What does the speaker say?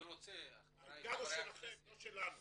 האתגר הוא שלכם, לא שלנו.